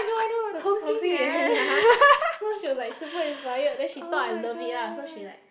the 同心圆 ya so she was like super inspired then she thought I love lah so she like